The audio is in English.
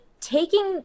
taking